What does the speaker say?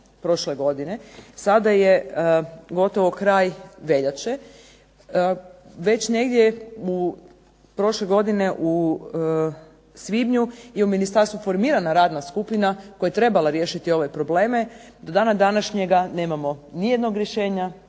Sada je gotovo kraj veljače. Već negdje u prošle godine u svibnju je u ministarstvu formirana radna skupina koja je trebala riješiti ove probleme. Do dana današnjega nemamo nijednog rješenja,